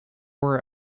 were